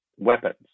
Weapons